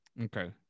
Okay